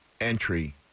entry